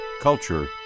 culture